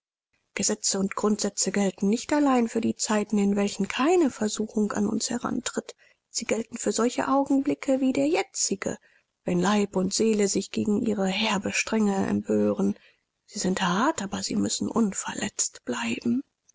gesetze und grundsätze gelten nicht allein für die zeiten in welchen keine versuchung an uns herantritt sie gelten für solche augenblicke wie der jetzige wenn leib und seele sich gegen ihre herbe strenge empören sie sind hart aber sie müssen unverletzt bleiben